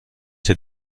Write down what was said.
ses